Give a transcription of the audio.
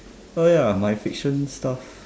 uh ya my fiction stuff